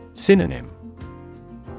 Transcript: Synonym